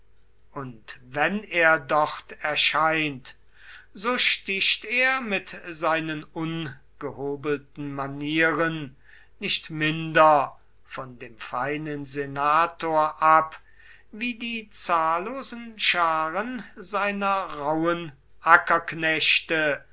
und wenn er dort erscheint so sticht er mit seinen ungehobelten manieren nicht minder von dem feinen senator ab wie die zahllosen scharen seiner rauben